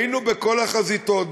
היינו בכל החזיתות,